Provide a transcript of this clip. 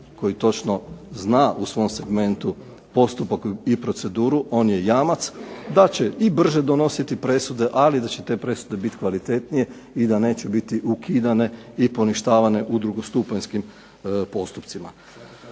koji točno zna u svom segmentu postupak i proceduru, on je jamac da će i brže donositi presude, ali da će te presude biti kvalitetnije, i da neće biti ukidane i poništavane u drugostupanjskim postupcima.